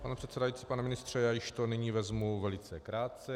Pane předsedající, pane ministře, já to již nyní vezmu velice krátce.